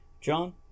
John